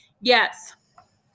yes